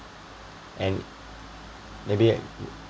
and maybe